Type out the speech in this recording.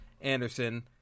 Anderson